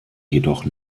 jedoch